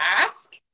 ask